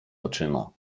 oczyma